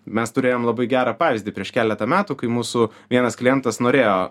mes turėjom labai gerą pavyzdį prieš keletą metų kai mūsų vienas klientas norėjo